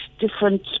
different